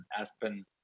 aspen